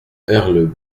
rle